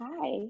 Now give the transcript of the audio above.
Hi